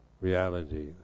reality